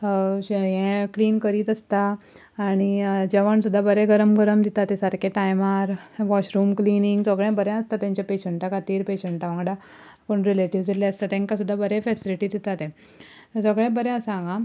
अशें हें क्लीन करीत आसता आनी जेवण सुद्दां बरें गरम गरम दिता ते सारके टायमार वॉशरूम क्लीनींग सगळें बरें आसता तेंचें पॅशंटा खातीर पॅशंटा वांगडा कोण रिलेटीव्हस येल्ले आसता तेंका सुद्दां बरे फॅसिलीटी दिता ते सगळें बरें आसा हांगा